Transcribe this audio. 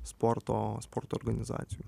sporto sporto organizacijų